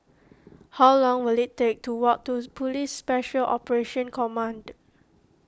how long will it take to walk to Police Special Operations Command